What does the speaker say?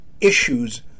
issues